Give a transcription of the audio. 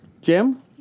Jim